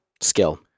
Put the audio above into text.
Skill